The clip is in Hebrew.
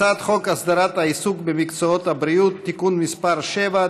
הצעת חוק הסדרת העיסוק במקצועות הבריאות (תיקון מס' 7),